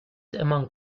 among